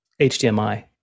HDMI